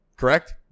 Correct